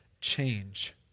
change